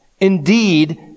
Indeed